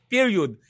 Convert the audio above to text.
Period